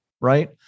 right